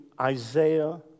Isaiah